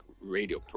radio